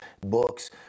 books